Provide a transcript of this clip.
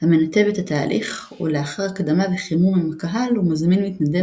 המנתב את התהליך ולאחר הקדמה וחימום עם הקהל הוא מזמין מתנדב